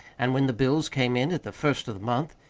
and when the bills came in at the first of the month,